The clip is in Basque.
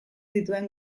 zituen